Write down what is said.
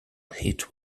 hit